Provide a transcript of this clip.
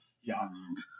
young